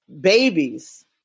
babies